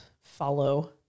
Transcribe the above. follow